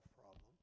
problems